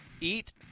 eat